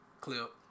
Clip